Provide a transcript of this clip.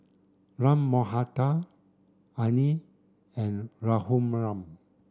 Ram Manohar Anil and Raghuram